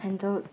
handle